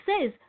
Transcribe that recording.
says